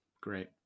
Great